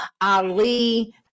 Ali